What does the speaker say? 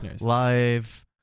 live